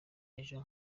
ejo